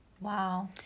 wow